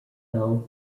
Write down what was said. held